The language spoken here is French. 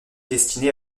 destiné